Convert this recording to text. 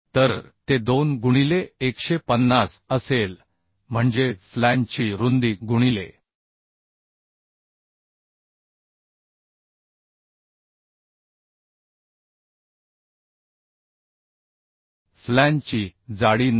तर ते 2 गुणिले 150 असेल म्हणजे फ्लॅंजची रुंदी गुणिले फ्लॅंजची जाडी 9